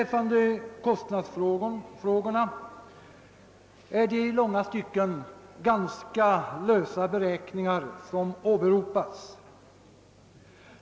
Vad kostnadsfrågorna beträffar är det i långa stycken ganska lösa beräkningar som åberopas.